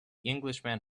englishman